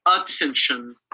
attention